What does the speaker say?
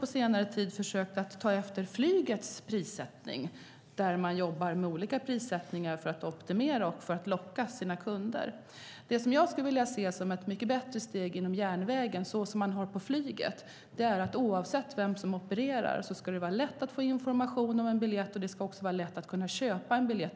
På senare tid har man för tågen försökt att ta efter flygets prissättning, där man jobbar med olika priser för att optimera och för att locka sina kunder. Det som jag skulle vilja se som något mycket bättre inom järnvägen, och som man har på flyget, är att det oavsett vem som är operatör ska vara lätt att få information om en biljett och också vara lätt att köpa en biljett.